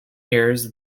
years